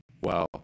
Wow